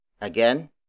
Again